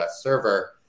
server